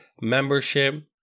membership